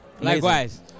likewise